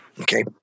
Okay